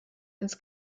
ins